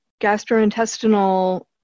gastrointestinal